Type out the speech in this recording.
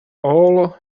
all